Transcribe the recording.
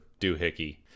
doohickey